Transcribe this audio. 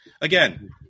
again